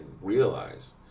realize